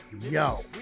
yo